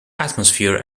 atmosphere